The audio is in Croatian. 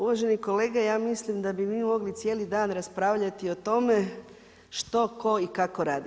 Uvaženi kolege, ja mislim da bi mi mogli cijeli dan raspravljati o tome što, tko i kako radi.